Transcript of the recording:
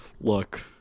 look